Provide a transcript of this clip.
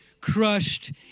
crushed